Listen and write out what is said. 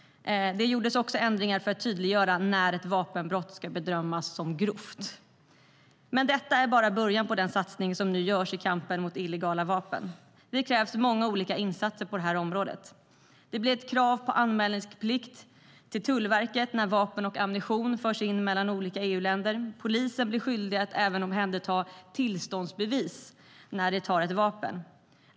Det gjordes också ändringar för att tydliggöra när ett vapenbrott ska bedömas som grovt. Men detta är bara början på den satsning som nu görs i kampen mot illegala vapen. Det krävs många olika insatser på det här området. Det blir ett krav på anmälningsplikt till Tullverket när vapen och ammunition förs mellan EU-länder. Polisen blir skyldig att omhänderta även tillståndsbevis när de tar ett vapen.